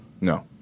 no